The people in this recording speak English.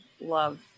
love